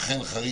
אבל איך אומרים,